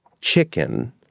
Chicken